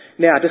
Now